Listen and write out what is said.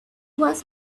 was